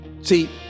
see